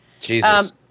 Jesus